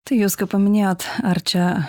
tai jūs ką paminėjot ar čia